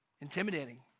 intimidating